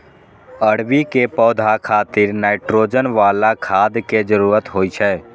अरबी के पौधा खातिर नाइट्रोजन बला खाद के जरूरत होइ छै